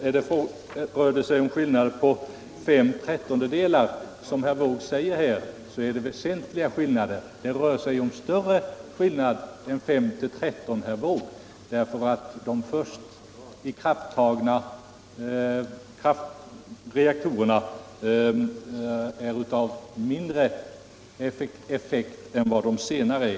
Avfallsmängden är inte proportionell mot antalet reaktorer, eftersom de först byggda reaktorerna har mindre effekt än de senare.